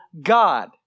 God